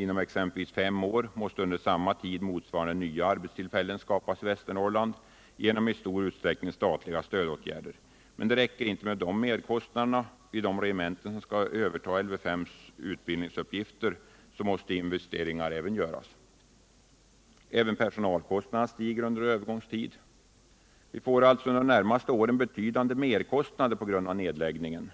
inom exempelvis fem år måste under samma tid motsvarande antal nya arbetstillfällen skapas i Västernorrland genom i stor utsträckning statliga stödåtgärder. Men det räcker inte med dessa merkostnader. Vid de regementen som skall överta Lv 5:s utbildningsuppgifter måste investeringar också göras. Även personalkostnaderna stiger under en övergångstid. Vi får alltså under de närmaste åren betydande merkostnader på grund av nedläggningen.